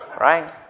right